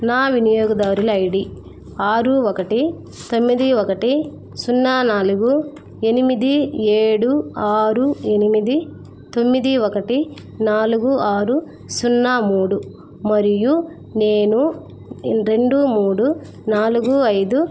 నా వినియోగదారుల ఐడి ఆరు ఒకటి తొమ్మిది ఒకటి సున్నా నాలుగు ఎనిమిది ఏడు ఆరు ఎనిమిది తొమ్మిది ఒకటి నాలుగు ఆరు సున్నా మూడు మరియు నేను రెండు మూడు నాలుగు ఐదు